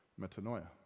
Metanoia